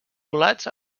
volats